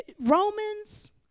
Romans